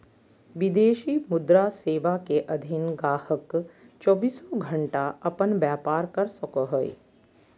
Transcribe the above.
विदेशी मुद्रा सेवा के अधीन गाहक़ चौबीसों घण्टा अपन व्यापार कर सको हय